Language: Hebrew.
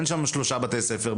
אין שם שלושה בתי ספר,